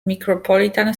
micropolitan